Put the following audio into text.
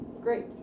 Great